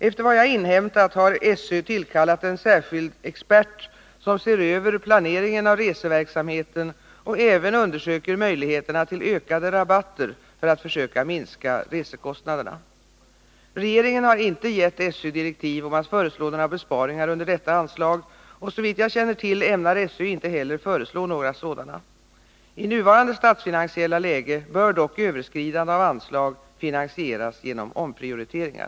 Efter vad jag inhämtat har SÖ tillkallat en särskild expert som ser över planeringen av reseverksamheten och även undersöker möjligheterna till ökade rabatter för att försöka minska resekostnaderna. Regeringen har inte gett SÖ direktiv om att föreslå några besparingar under detta anslag, och såvitt jag känner till ämnar SÖ inte heller föreslå några sådana. I nuvarande statsfinansiella läge bör dock överskridande av anslag finansieras genom omprioriteringar.